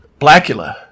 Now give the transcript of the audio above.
blackula